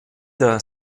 der